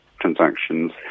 transactions